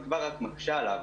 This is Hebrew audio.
אם כבר רק מקשה עליו.